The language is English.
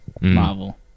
Marvel